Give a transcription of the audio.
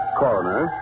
coroner